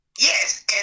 Yes